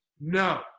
no